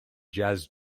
jazz